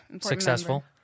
Successful